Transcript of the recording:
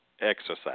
exercise